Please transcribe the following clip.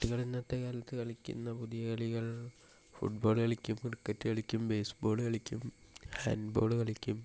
കുട്ടികൾ ഇന്നത്തെ കാലത്തു കളിക്കുന്ന പുതിയ കളികൾ ഫൂട് ബോൾ കളിക്കും ക്രിക്കറ്റ് കളിക്കും ബേസ് ബോൾ കളിക്കും ഹാൻഡ് ബോൾ കളിക്കും